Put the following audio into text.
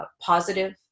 positive